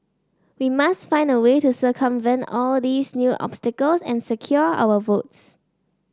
we must find a way to circumvent all these new obstacles and secure our votes